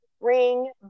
ring